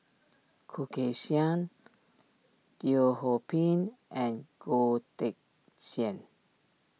Khoo Kay Hian Teo Ho Pin and Goh Teck Sian